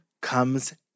comes